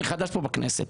ואני חדש פה בכנסת,